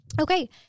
okay